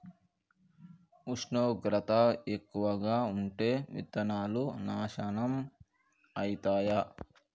ఉష్ణోగ్రత ఎక్కువగా ఉంటే విత్తనాలు నాశనం ఐతయా?